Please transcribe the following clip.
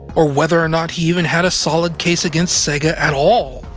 or whether or not he even had a solid case against sega at all.